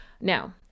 Now